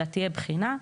אלא תהיה בחינה,